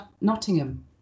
Nottingham